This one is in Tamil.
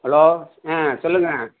ஹலோ ஆ சொல்லுங்கள்